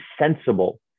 sensible